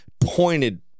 Pointed